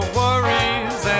worries